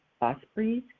Ospreys